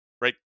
right